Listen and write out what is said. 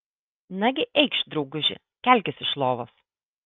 nagi eikš drauguži kelkis iš lovos